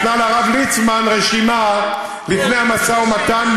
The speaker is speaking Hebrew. והיא נתנה לרב ליצמן רשימה לפני המשא ומתן,